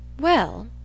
Well